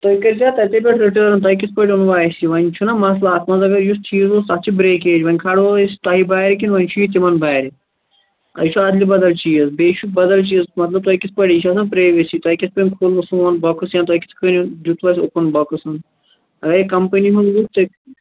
تُہۍ کٔرۍزِہَو تَتی پیٚٹھ رِٹٲرٕن تۄہہِ کِتھٕ پٲٹھۍ اوٚنوٕ اَسہِ یہِ وۅنۍ چھُناہ مسلہٕ اَتھ منٛز اگر یُس چیٖز اوس تتھ چھِ برٛیکیج وۅنۍ کھارو أسۍ تۄہہِ بارِ کِنہٕ وۅنۍ چھُ یہِ تِمَن بارِ أسۍ چھِ اَدلہِ بدل چیٖز بیٚیہِ چھُ بدل چیٖز مطلب تۄہہِ کِتھٕ پٲٹھۍ یہِ چھِ آسان پرٛیوٕسی تۄہہِ کِتھٕ پٲٹھۍ کھُلوٕ سون بۄکُس یا تۄہہِ کِتھٕ کٔنۍ دِیُتو اَسہِ اوٚپُن بۄکُسن اگر ہے یہِ کمپٔنی ہُنٛد ووت تُہۍ